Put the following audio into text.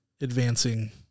advancing